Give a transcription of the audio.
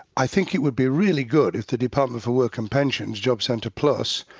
i think it would be really good if the department for work and pensions, job centre plus,